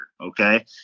Okay